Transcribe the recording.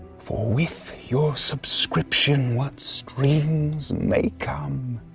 for with your subscription, what streams may come.